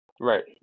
Right